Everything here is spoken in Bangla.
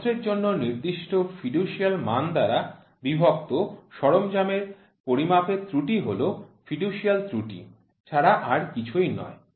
যন্ত্রের জন্য নির্দিষ্ট ফিডুশিয়াল মান দ্বারা বিভক্ত সরঞ্জামের পরিমাপের ত্রুটি হল ফিডুশিয়াল ত্রুটি ছাড়া আর কিছুই নয়